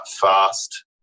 fast